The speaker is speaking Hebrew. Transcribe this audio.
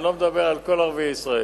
אני לא מדבר על כל ערביי ישראל,